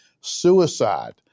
suicide